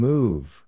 Move